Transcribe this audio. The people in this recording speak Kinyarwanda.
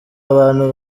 abantu